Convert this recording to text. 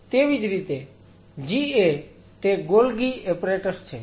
તેવી જ રીતે GA તે ગોલ્ગી એપેરેટસ છે